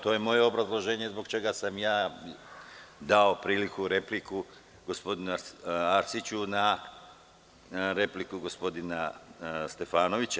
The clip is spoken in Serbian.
To je moje obrazloženje zbog čega sam ja dao priliku, repliku gospodinu Arsiću na repliku gospodina Stefanovića.